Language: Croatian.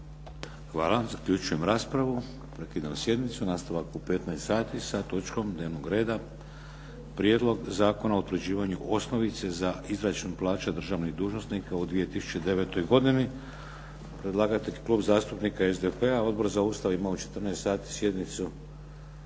Hvala. Zaključujem raspravu. Prekidam sjednicu. Nastavak u 15,00 sati sa točkom dnevnog reda Prijedlog zakona o utvrđivanju osnovice za izračun plaća državnih dužnosnika u 2009. godini. Predlagatelj: Klub zastupnika SDP-a. Odbor za Ustav ima u 14,00 sati sjednicu,